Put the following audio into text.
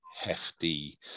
hefty